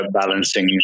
balancing